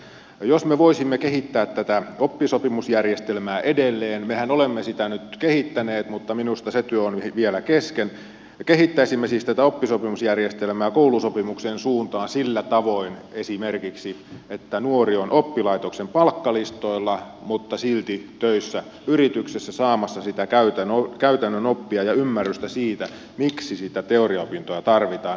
jos me voisimme kehittää tätä oppisopimusjärjestelmää edelleen mehän olemme sitä nyt kehittäneet mutta minusta se työ on vielä kesken kehittäisimme siis tätä oppisopimusjärjestelmää koulusopimuksen suuntaan esimerkiksi sillä tavoin että nuori on oppilaitoksen palkkalistoilla mutta silti töissä yrityksessä saamassa sitä käytännön oppia ja ymmärrystä siitä miksi sitä teoriaopintoa tarvitaan